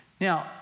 Now